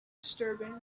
disturbing